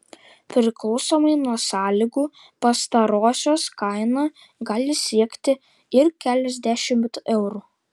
priklausomai nuo sąlygų pastarosios kaina gali siekti ir keliasdešimt eurų